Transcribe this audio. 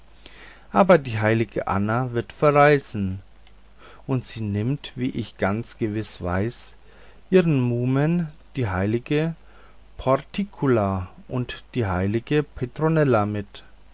aber die heilige anna wird verreisen und sie nimmt wie ich ganz gewiß weiß ihre muhmen die heilige portiunkula und die heilige petronella mit